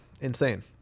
Insane